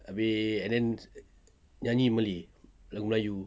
abeh and then nyanyi malay lagu melayu